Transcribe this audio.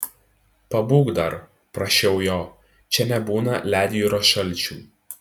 pabūk dar prašiau jo čia nebūna ledjūrio šalčių